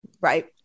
Right